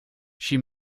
she